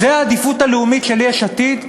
זו העדיפות הלאומית של יש עתיד?